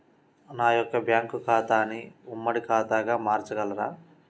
నా యొక్క బ్యాంకు ఖాతాని ఉమ్మడి ఖాతాగా మార్చగలరా?